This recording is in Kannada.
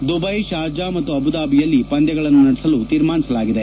ದುಬ್ಲೆ ಶಾರ್ಜಾ ಮತ್ತು ಅಬುದಾಬಿಯಲ್ಲಿ ಪಂದ್ಲಗಳನ್ನು ನಡೆಸಲು ತೀರ್ಮಾನಿಸಲಾಗಿದೆ